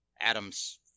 Adams